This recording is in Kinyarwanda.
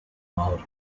amahoro